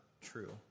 true